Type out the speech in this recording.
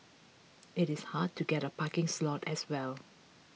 it is hard to get a parking slot as well